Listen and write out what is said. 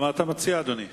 מה אתה מציע, אדוני?